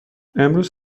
امروز